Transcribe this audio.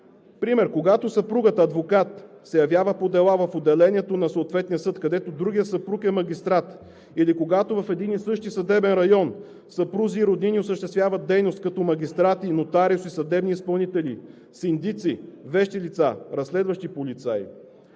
Пример: когато съпругата адвокат се явява по дела в отделението на съответния съд, където другият съпруг е магистрат, или когато в един и същи съдебен район съпрузи и роднини осъществяват дейност като магистрати, нотариуси, съдебни изпълнители, синдици, вещи лица, разследващи полицаи.